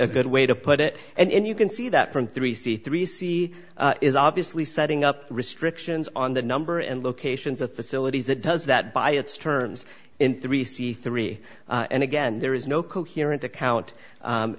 a good way to put it and you can see that from three c three c is obviously setting up restrictions on the number and locations of facilities that does that by its terms and three c three and again there is no coherent account